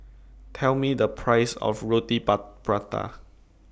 Tell Me The Price of Roti Prata